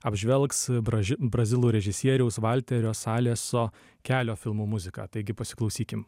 apžvelgs braži brazilų režisieriaus valterio saleso kelio filmo muziką taigi pasiklausykim